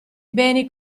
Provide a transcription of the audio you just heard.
beni